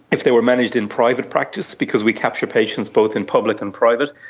if they were managed in private practice, because we capture patients both in public and private,